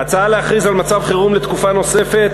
ההצעה להכריז על מצב חירום לתקופה נוספת